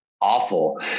awful